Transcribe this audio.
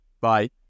Bye